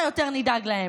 שלא מאפשר לך לחרוג.